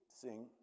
sing